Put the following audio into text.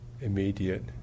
immediate